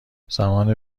زمان